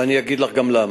ואני אגיד לך גם למה.